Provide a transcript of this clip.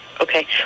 okay